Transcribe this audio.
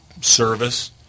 service